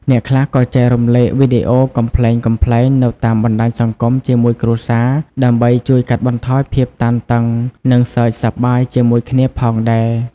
អ្នកខ្លះក៏ចែករំលែកវីដេអូកំប្លែងៗនៅតាមបណ្ដាញសង្គមជាមួយគ្រួសារ ដើម្បីជួយកាត់បន្ថយភាពតានតឹង និងសើចសប្បាយជាមួយគ្នាផងដែរ។